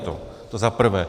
To za prvé.